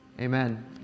Amen